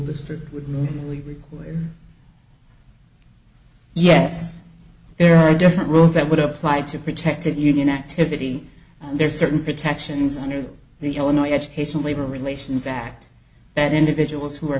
district would routinely require yes there are different rules that would apply to protected union activity there are certain protections under the illinois education labor relations act that individuals who are